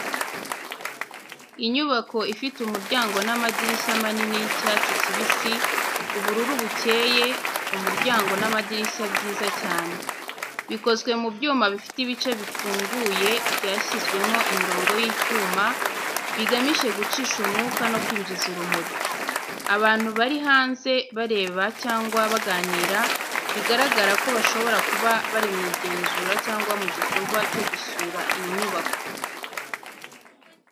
Inyubako ifite umuryango n’amadirishya manini y’icyatsi kibisi ubururu bukeye Umuryango n’amadirishya bwiza cyane. Bikozwe mu byuma bifite ibice bifunguye byashyizwemo imirongo y’icyuma, bigamije gucisha umwuka no kwinjiza urumuri. Abantu bari hanze bareba cyangwa baganira, bigaragara ko bashobora kuba bari mu igenzura cyangwa mu gikorwa cyo gusura iyi nyubako.